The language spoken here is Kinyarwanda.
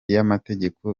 y’amategeko